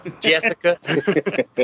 Jessica